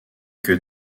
que